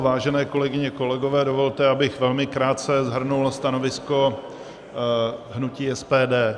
Vážené kolegyně, kolegové, dovolte, abych velmi krátce shrnul stanovisko hnutí SPD.